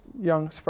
young